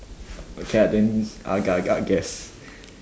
okay lah then agak agak guess